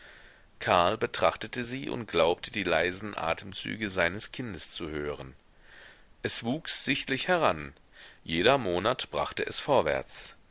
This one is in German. karl betrachtete sie und glaubte die leisen atemzüge seines kindes zu hören es wuchs sichtlich heran jeder monat brachte es vorwärts